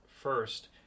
first